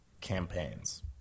campaigns